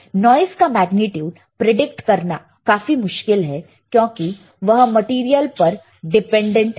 noise का magnitude predict करना काफी मुश्किलहै क्योंकि वह मेटीरियल पर डिपेंडेंट है